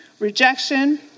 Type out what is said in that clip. rejection